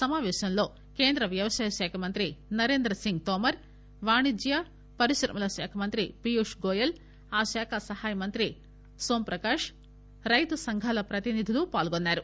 సమాపేశంలో కేంద్ర వ్యవసాయ శాఖ మంత్ర నరేంద్ర సింగ్ తోమార్ వాణిజ్య పరిశ్రమల శాఖ మంత్రి పీయూష్ గోయల్ ఆ శాఖ సహాయ మంత్రి నోం ప్రకాష్ రైతు సంఘాల ప్రతినిధులు పాల్గొన్నారు